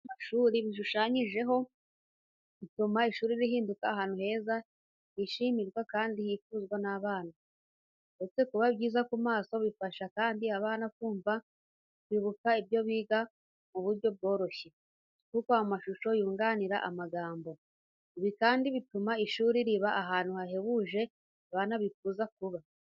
Ibikuta by'amashuri bishushanyijeho, bituma ishuri rihinduka ahantu heza, hishimirwa kandi hifuzwa n'abana. Uretse kuba byiza ku maso, bifasha kandi abana kumva no kwibuka ibyo biga mu buryo bworoshye, kuko amashusho yunganira amagambo. Ibi kandi bituma ishuri riba ahantu hahebuje abana bifuza kuba.